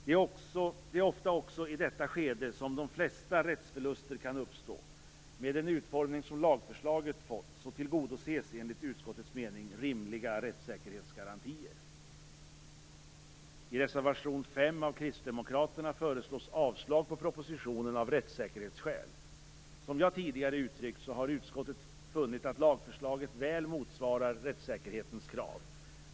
Det är ofta också i detta skede som de flesta rättsförluster kan uppstå. Med den utformning som lagförslaget har fått tillgodoses, enligt utskottets mening, rimliga rättssäkerhetsgarantier. I reservation 5 av kristdemokraterna föreslås avslag på propositionen av rättssäkerhetsskäl. Som jag tidigare har uttryckt har utskottet funnit att lagförslaget väl motsvarar rättssäkerhetens krav.